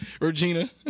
Regina